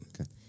Okay